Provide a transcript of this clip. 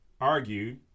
argued